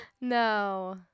No